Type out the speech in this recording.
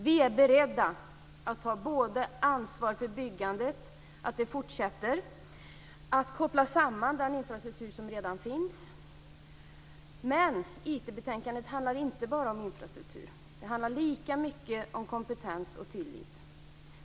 Vi är beredda att både ta ansvar för att byggandet fortsätter och koppla samman den infrastruktur som redan finns. IT-betänkandet handlar dock inte bara om infrastruktur. Det handlar lika mycket om kompetens och tillit.